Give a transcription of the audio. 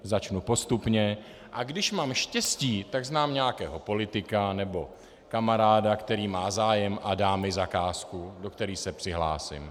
Začnu postupně, a když mám štěstí, tak znám nějakého politika nebo kamaráda, který má zájem a dá mi zakázku, do které se přihlásím.